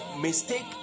mistake